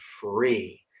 free